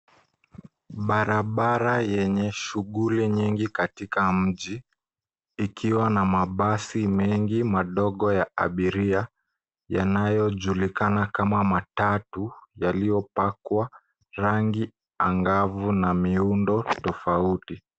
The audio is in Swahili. Barabara yenye shughuli nyingi katika mji ikiwa na mabasi mengi madogo ya abiria yanayojulikana kama matatu yaliyopakwa rangi angavu na miundo tofauti.